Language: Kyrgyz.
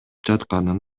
жатканын